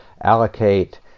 allocate